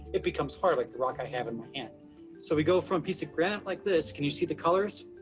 it becomes hard like the rock i have in and so we go from piece of granite like this, can you see the colors?